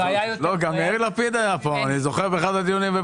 גם יאיר לפיד היה כאן באחד הדיונים.